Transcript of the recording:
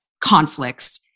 conflicts